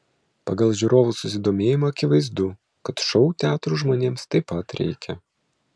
pagal žiūrovų susidomėjimą akivaizdu kad šou teatrų žmonėms taip pat reikia